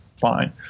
fine